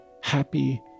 happy